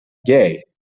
gay